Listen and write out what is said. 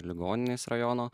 ligoninės rajono